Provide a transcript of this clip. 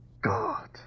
God